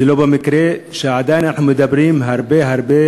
וזה לא מקרה שעדיין אנחנו מדברים הרבה הרבה